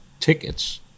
tickets